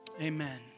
Amen